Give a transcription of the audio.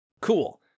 cool